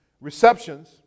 Receptions